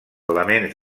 elements